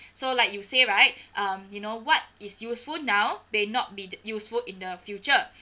so like you say right um you know what is useful now may not be useful in the future